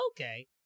okay